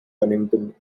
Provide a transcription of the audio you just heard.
pennington